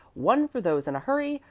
one for those in a hurry,